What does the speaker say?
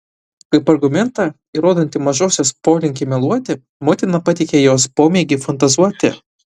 kaip argumentą įrodantį mažosios polinkį meluoti motina pateikė jos pomėgį fantazuoti